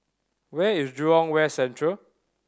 where is Jurong West Central